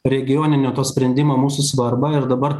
regioninio to sprendimo mūsų svarbą ir dabar